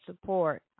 support